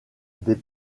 des